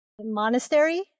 monastery